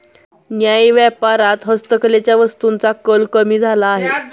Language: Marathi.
न्याय्य व्यापारात हस्तकलेच्या वस्तूंचा कल कमी झाला आहे